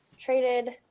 traded